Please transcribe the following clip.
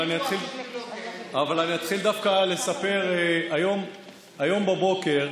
אבל אני אתחיל דווקא לספר שהיום בבוקר,